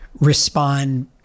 respond